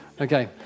Okay